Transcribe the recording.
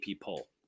poll